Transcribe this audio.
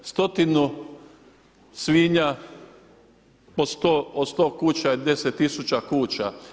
Stotinu svinja od sto kuća je 10 tisuća kuća.